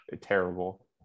terrible